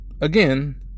again